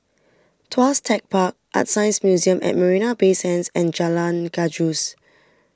Tuas Tech Park ArtScience Museum at Marina Bay Sands and Jalan Gajus